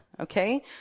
Okay